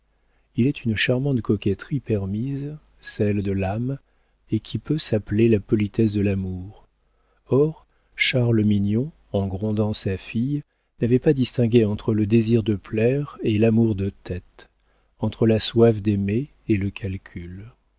il est une charmante coquetterie permise celle de l'âme et qui peut s'appeler la politesse de l'amour or charles mignon en grondant sa fille n'avait pas distingué entre le désir de plaire et l'amour de tête entre la soif d'aimer et le calcul